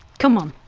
come on,